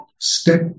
step